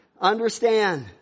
understand